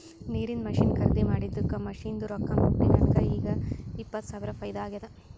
ನೀರಿಂದ್ ಮಷಿನ್ ಖರ್ದಿ ಮಾಡಿದ್ದುಕ್ ಮಷಿನ್ದು ರೊಕ್ಕಾ ಮುಟ್ಟಿ ನನಗ ಈಗ್ ಇಪ್ಪತ್ ಸಾವಿರ ಫೈದಾ ಆಗ್ಯಾದ್